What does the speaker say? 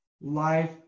life